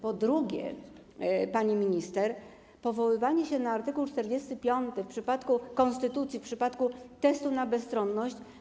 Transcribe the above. Po drugie, pani minister, powoływanie się na art. 45 w przypadku konstytucji, w przypadku testu na bezstronność.